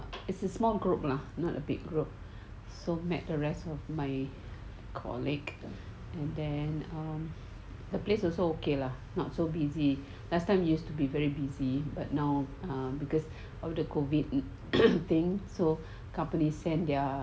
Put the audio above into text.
it's a small group lah not a big group so met the rest of my colleague and then um the place also okay lah not so busy last time used to be very busy but now um because of the COVID thing so companies send their